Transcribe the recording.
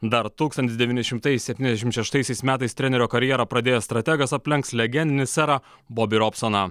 dar tūkstantis devyni šimtai septyniasdešim šeštaisiais metais trenerio karjerą pradėjęs strategas aplenks legendinį serą boby robsoną